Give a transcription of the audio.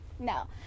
No